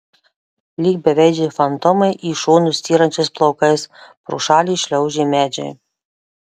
lyg beveidžiai fantomai į šonus styrančiais plaukais pro šalį šliaužė medžiai